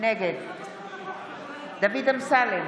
נגד דוד אמסלם,